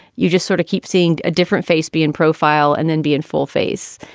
you just sort of keep seeing a different face, be in profile and then be in full face.